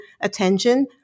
attention